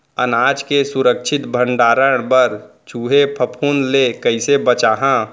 अनाज के सुरक्षित भण्डारण बर चूहे, फफूंद ले कैसे बचाहा?